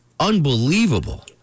unbelievable